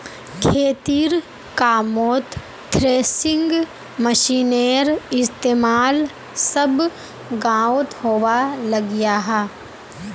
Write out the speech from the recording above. खेतिर कामोत थ्रेसिंग मशिनेर इस्तेमाल सब गाओंत होवा लग्याहा